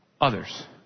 others